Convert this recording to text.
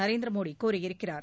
நரேந்திர மோடி கூறியிருக்கிறார்